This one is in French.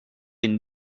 une